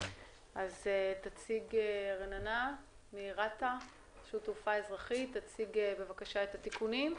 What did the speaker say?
רננה מרשות התעופה האזרחית תציג את התיקונים.